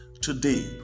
today